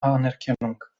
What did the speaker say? anerkennung